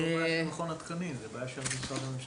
(הצגת מצגת) זוהי לא בעיה של מכון התקנים; זוהי בעיה של המשרד הממשלתי.